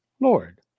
Lord